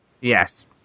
Yes